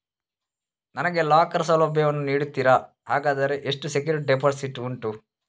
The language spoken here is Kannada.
ನನಗೆ ಲಾಕರ್ ಸೌಲಭ್ಯ ವನ್ನು ನೀಡುತ್ತೀರಾ, ಹಾಗಾದರೆ ಎಷ್ಟು ಸೆಕ್ಯೂರಿಟಿ ಡೆಪೋಸಿಟ್ ಉಂಟು?